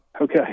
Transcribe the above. Okay